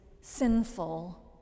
sinful